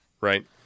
right